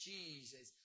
Jesus